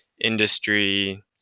industry